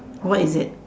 what is it